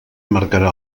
marcarà